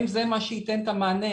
האם זה מה שייתן את המענה?